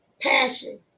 passion